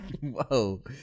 Whoa